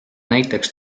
näiteks